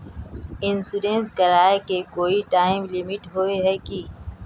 Insurance कराए के कोई टाइम लिमिट होय है की?